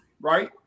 right